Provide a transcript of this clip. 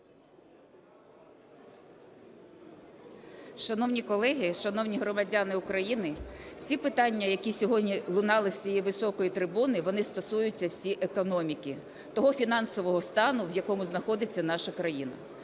Шановні колеги! Шановні громадяни України! Всі питання, які сьогодні лунали з цієї високої трибуни, вони стосуються всі економіки, того, фінансового стану, в якому знаходиться наша країна.